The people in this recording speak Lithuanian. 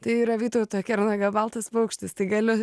tai yra vytauto kernagio baltas paukštis tai galiu